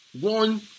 one